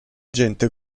gente